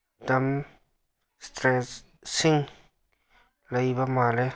ꯗꯪ ꯁ꯭ꯇꯔꯦꯁꯁꯤꯡ ꯂꯩꯕ ꯃꯥꯜꯂꯤ